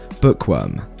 bookworm